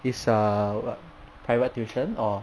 is uh what private tuition or